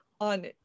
on